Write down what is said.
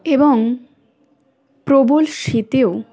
এবং প্রবল শীতেও